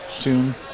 tune